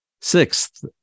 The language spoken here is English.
Sixth